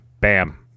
Bam